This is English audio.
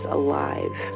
alive